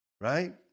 right